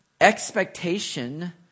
expectation